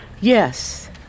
Yes